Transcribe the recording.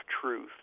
truth